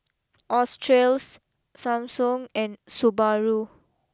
Australis Samsung and Subaru